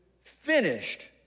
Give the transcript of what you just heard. finished